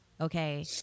Okay